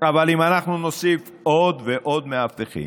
אבל אם אנחנו נוסיף עוד ועוד מאבטחים,